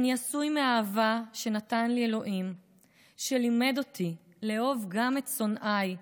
/ אני עשוי מאהבה שנתן לי אלוהים / שלימד אותי לאהוב גם את שונאיי,